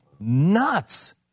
nuts